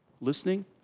Listening